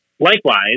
Likewise